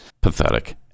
Pathetic